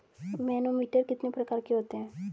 Manometer कितने प्रकार के होते हैं?